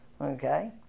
Okay